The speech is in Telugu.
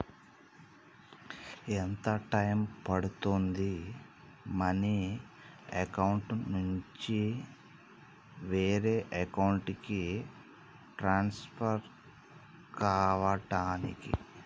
ఎంత టైం పడుతుంది మనీ అకౌంట్ నుంచి వేరే అకౌంట్ కి ట్రాన్స్ఫర్ కావటానికి?